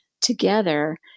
together